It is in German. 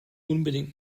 unbedingt